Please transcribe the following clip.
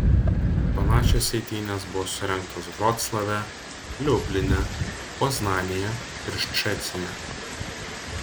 panašios eitynės buvo surengtos vroclave liubline poznanėje ir ščecine